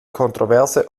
kontroverse